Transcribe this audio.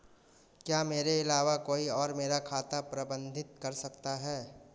क्या मेरे अलावा कोई और मेरा खाता प्रबंधित कर सकता है?